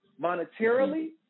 monetarily